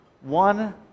one